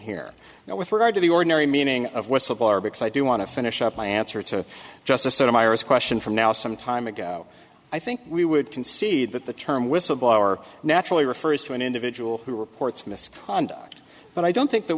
here now with regard to the ordinary meaning of whistleblower because i do want to finish up my answer to just a sort of iris question from now some time ago i think we would concede that the term whistleblower naturally refers to an individual who reports misconduct but i don't think that